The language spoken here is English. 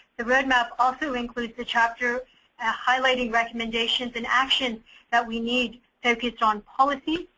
the roadmap also include the chapter ah highlighting recommendations and actions that we need focus on policy,